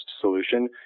solution